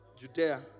Judea